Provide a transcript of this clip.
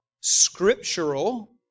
scriptural